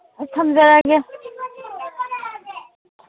ꯑꯩ ꯊꯝꯖꯔꯒꯦ